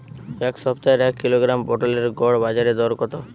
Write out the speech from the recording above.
এ সপ্তাহের এক কিলোগ্রাম পটলের গড় বাজারে দর কত?